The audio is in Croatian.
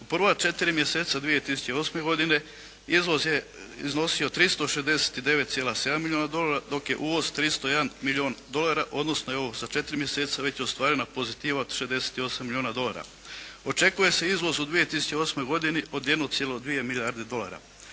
U prva četiri mjeseca 2008. godine izvoz je iznosio 369,7 milijuna dolara dok je uvoz 301 milijun dolara odnosno evo za četiri mjeseca je već ostvarena pozitiva od 68 milijuna dolara. Očekuje se izvoz u 2008. godini od 1,2 milijarde dolara.